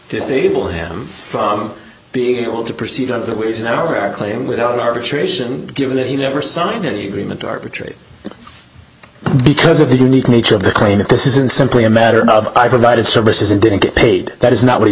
disable him from being able to proceed on that which is our claim without arbitration given that he never signed any agreement to arbitrate because of the unique nature of the claim that this isn't simply a matter of i provided services and didn't get paid that is not what he's